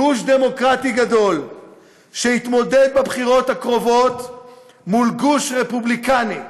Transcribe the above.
גוש דמוקרטי גדול שיתמודד בבחירות הקרובות מול גוש רפובליקני.